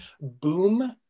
Boom